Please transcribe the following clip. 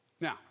Now